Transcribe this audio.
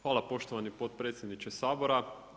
Hvala poštovani potpredsjedniče Sabora.